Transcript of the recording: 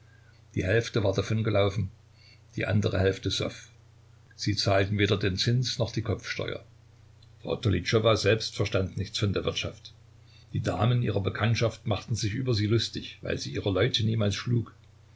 die hälfte war davongelaufen die andere hälfte soff sie zahlten weder den zins noch die kopfsteuer frau tolytschowa selbst verstand nichts von der wirtschaft die damen ihrer bekanntschaft machten sich über sie lustig weil sie ihre leute niemals schlug